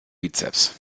bizeps